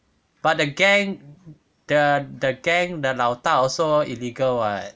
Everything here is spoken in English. but the gang the the gang 的老大 also illegal [what]